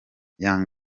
young